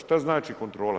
Šta znači kontrola?